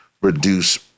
reduce